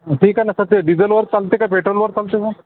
ठीक आहे ना सर ते डिझेलवर चालते का पेट्रोलवर चालते मग